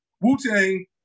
Wu-Tang